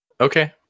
Okay